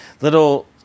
little